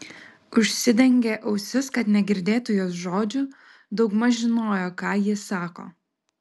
užsidengė ausis kad negirdėtų jos žodžių daugmaž žinojo ką ji sako